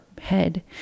head